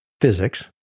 physics